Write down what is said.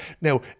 Now